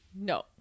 no